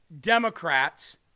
Democrats